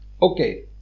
Okay